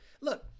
Look